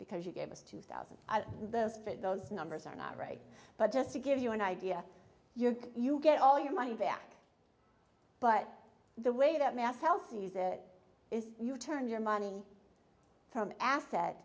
because you gave us two thousand of those fit those numbers are not right but just to give you an idea you can you get all your money back but the way that mass healthy is that is you turn your money from asset